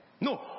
no